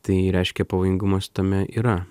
tai reiškia pavojingumas tame yra